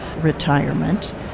retirement